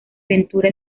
ventura